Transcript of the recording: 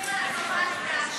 מסתמכים על חוות הדעת של,